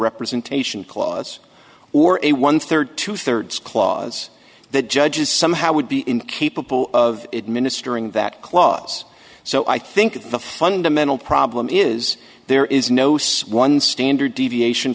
representation clause or a one third two thirds clause the judges somehow would be incapable of it ministering that clause so i think the fundamental problem is there is no swan standard deviation